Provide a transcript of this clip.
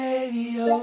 Radio